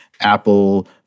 Apple